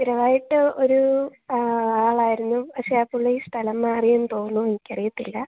സ്ഥിരവായിട്ട് ഒരൂ ആളായിരുന്നു പക്ഷേ ആ പുള്ളി സ്ഥലം മാറിയെന്ന് തോന്നുന്നു എനിക്കറിയത്തില്ല